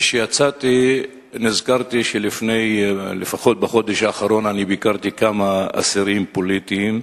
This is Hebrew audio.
כשיצאתי נזכרתי שלפחות בחודש האחרון אני ביקרתי כמה אסירים פוליטיים,